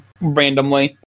randomly